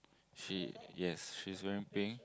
she yes she's wearing pink